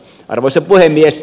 arvoisa puhemies